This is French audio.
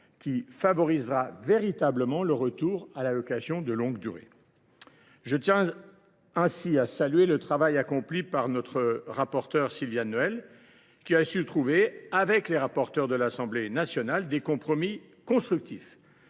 qui favorisera véritablement le retour à la location de longue durée. Je tiens à saluer le travail accompli par notre rapporteure, Sylviane Noël, qui, avec ses homologues de l’Assemblée nationale, a su trouver des compromis constructifs.